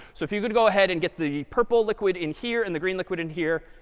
so if you could go ahead and get the purple liquid in here and the green liquid in here,